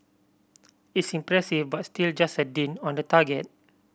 it's impressive but still just a dint on the target